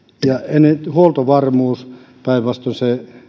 ja huoltovarmuus päinvastoin